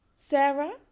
Sarah